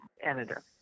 editor